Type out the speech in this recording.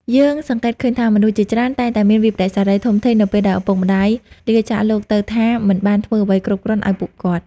យើងសង្កេតឃើញថា មនុស្សជាច្រើនតែងតែមានវិប្បដិសារីធំធេងនៅពេលដែលឪពុកម្តាយលាចាកលោកទៅថា មិនបានធ្វើអ្វីគ្រប់គ្រាន់ឲ្យពួកគាត់។